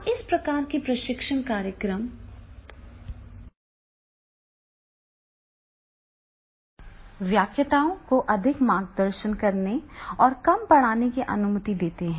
अब इस प्रकार के प्रशिक्षण कार्यक्रम व्याख्याताओं को अधिक मार्गदर्शन करने और कम पढ़ाने की अनुमति देते हैं